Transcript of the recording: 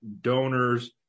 donors